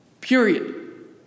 Period